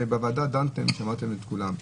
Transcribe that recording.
בוועדה דנתם ושמעתם את כולם.